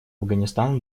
афганистан